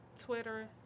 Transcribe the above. Twitter